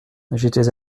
j’étais